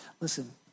listen